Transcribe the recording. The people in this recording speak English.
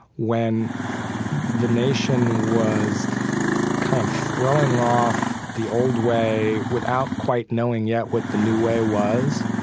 when the nation was kind of throwing off the old way without quite knowing yet what the new way was.